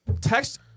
text